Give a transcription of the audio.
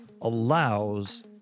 allows